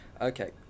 okay